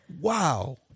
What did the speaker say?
Wow